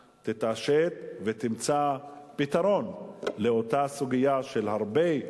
יתעשתו וימצאו פתרון לאותה סוגיה של הרבה,